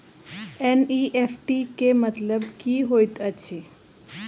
NEFT केँ मतलब की होइत अछि?